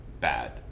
bad